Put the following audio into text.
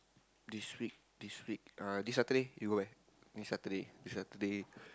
this week this week uh this Saturday you go where next Saturday this Saturday